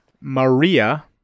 Maria